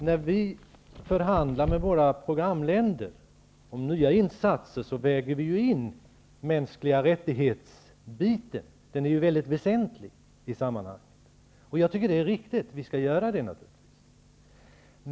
När vi förhandlar med våra programländer om nya insatser väger vi ju in aspekten om de mänskliga rättigheterna. Den är ju väldigt väsentlig i sammanhanget. Jag tycker det är riktigt. Vi skall naturligtvis göra det.